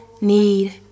need